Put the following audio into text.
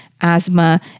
asthma